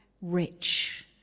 rich